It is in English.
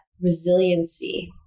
Resiliency